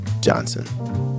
Johnson